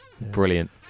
brilliant